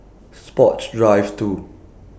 Sports Drive two